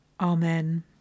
Amen